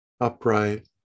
upright